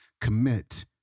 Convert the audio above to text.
commit